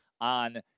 on